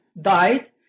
died